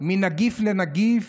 מנגיף לנגיף,